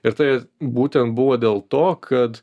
ir tai būtent buvo dėl to kad